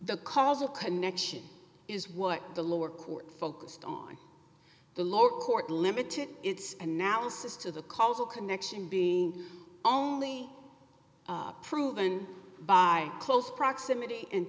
the causal connection is what the lower court focused on the lower court limited its analysis to the causal connection being only proven by close proximity